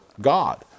God